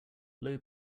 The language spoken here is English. low